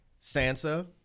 Sansa